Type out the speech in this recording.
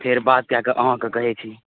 फेर बात कए कऽ अहाँकेँ कहैत छी